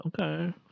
Okay